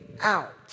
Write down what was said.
out